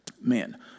man